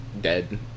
dead